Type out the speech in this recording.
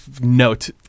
note